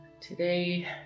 Today